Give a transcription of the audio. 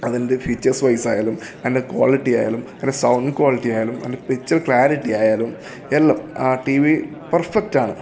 അതിൻ്റെ ഫീച്ചേഴ്സ് വൈസ്സായാലും അതിൻ്റെ ക്വാളിറ്റി ആയാലും അതിൻ്റെ സൗണ്ട് ക്വാളിറ്റി ആയാലും അതിൻ്റെ പിക്ചർ ക്ലാരിറ്റി ആയാലും എല്ലാം ആ ടി വി പെർഫെക്റ്റാണ്